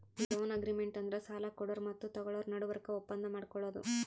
loan agreement ಅಂದ್ರ ಸಾಲ ಕೊಡೋರು ಮತ್ತ್ ತಗೋಳೋರ್ ನಡಬರ್ಕ್ ಒಪ್ಪಂದ್ ಮಾಡ್ಕೊಳದು